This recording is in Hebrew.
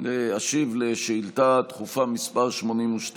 על שאילתה דחופה מס' 82,